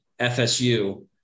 FSU